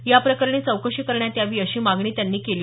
याप्रकरणी चौकशी करण्यात यावी अशी मागणी दरेकर यांनी केली